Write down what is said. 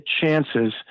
chances